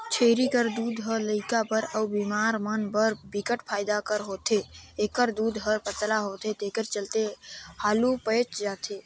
छेरी कर दूद ह लइका बर अउ बेमार मन बर बिकट फायदा कर होथे, एखर दूद हर पतला होथे तेखर चलते हालु पयच जाथे